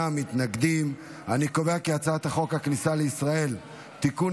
ההצעה להעביר את הצעת חוק הכניסה לישראל (תיקון,